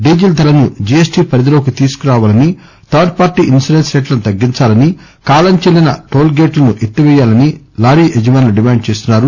diesel ధరలను GST పరిధిలోకి తీసుకురావాలని థర్డ్ పార్టీ ఇన్సూరెన్స్ రేట్లను తగ్గించాలని కాలం చెల్లిన టోల్ గేట్లను ఎత్తిపేయాలని లారీ యజమానులు డిమాండ్ చేస్తున్నారు